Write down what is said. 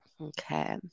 Okay